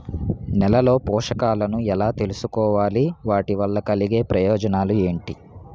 నేలలో పోషకాలను ఎలా తెలుసుకోవాలి? వాటి వల్ల కలిగే ప్రయోజనాలు ఏంటి?